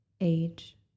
Age